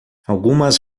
algumas